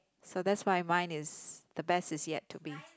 so that's why mine is the best is yet to be